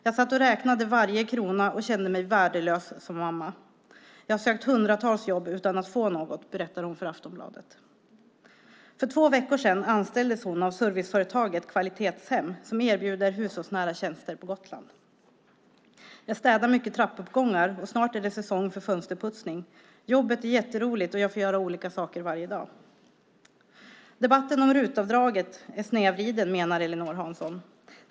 Jag satt och räknade varje krona och kände mig värdelös som mamma. Jag har sökt hundratals jobb utan att få något, berättar hon för Aftonbladet. För två veckor sedan anställdes hon av serviceföretaget Kvalitetshem, som erbjuder hushållsnära tjänster på Gotland. - Jag städar mycket trappuppgångar och snart är det säsong för fönsterputsning. Jobbet är jätteroligt och jag får göra olika saker varje dag. Debatten om Rut-avdraget är snedvriden, menar Ellinor Hansson.